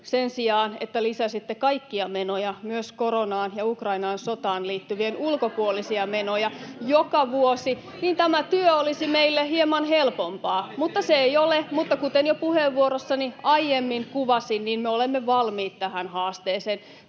sen sijaan, että lisäsitte kaikkia menoja, myös koronaan ja Ukrainan sotaan liittyvien ulkopuolisia menoja, joka vuosi, niin tämä työ olisi meille hieman helpompaa. Mutta se ei ole, mutta kuten jo puheenvuorossani aiemmin kuvasin, me olemme valmiit tähän haasteeseen.